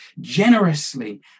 generously